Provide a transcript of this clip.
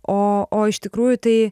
o o iš tikrųjų tai